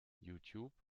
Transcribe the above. youtube